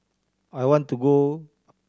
I want to go